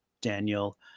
Daniel